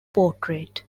portrait